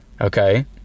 okay